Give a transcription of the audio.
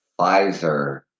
Pfizer